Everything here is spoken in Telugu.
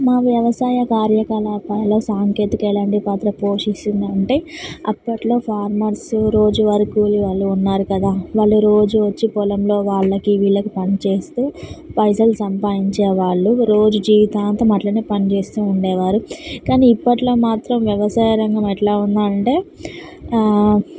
మా వ్యవసాయ కార్యకలాపాల సాంకేతిక ఎలాంటి పాత్ర పోషిస్తోంది అంటే అప్పటీలో ఫార్మర్సు రోజువారి కూలివాళ్ళు ఉన్నారు కదా వాళ్ళు రోజూ వచ్చి పొలంలో వాళ్ళకి వీళ్ళకి పని చేస్తూ పైసలు సంపాదించేవాళ్ళు రోజూ జీవితాంతం అలానే పనిచేస్తూ ఉండేవారు కాని ఇప్పటిలో మాత్రం వ్యవసాయ రంగం ఎలా ఉంది అంటే